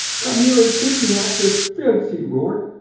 come here and pick me off this fence! he roared.